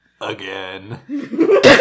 Again